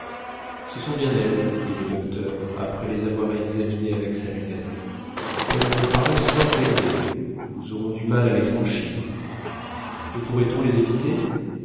ce sont bien elles dit le docteur après les avoir examinées avec sa lunette elles me paraissent fort élevées nous aurons du mal à les franchir ne pourrait-on les éviter